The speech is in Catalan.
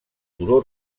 turó